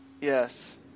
Yes